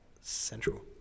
Central